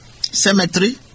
cemetery